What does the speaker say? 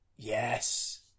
Yes